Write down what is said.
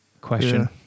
question